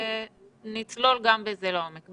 נצלול גם בזה לעומק.